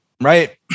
right